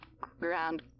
ground